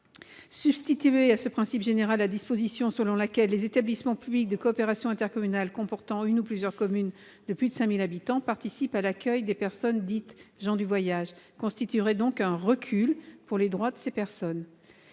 Substituer à ce principe général la disposition selon laquelle les « établissements publics de coopération intercommunale comportant une ou plusieurs communes de plus de 5 000 habitants participent à l'accueil des personnes dites gens du voyage » constituerait donc un recul pour les droits de ces personnes.